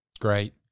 Great